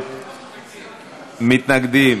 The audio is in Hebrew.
מתנגדים,